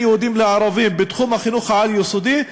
יהודים לערבים בתחום החינוך העל-יסודי,